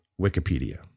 Wikipedia